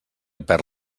perd